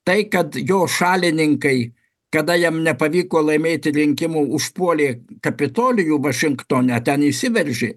tai kad jo šalininkai kada jam nepavyko laimėti rinkimų užpuolė kapitolijų vašingtone ten įsiveržė